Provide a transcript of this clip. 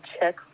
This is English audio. check